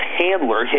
handler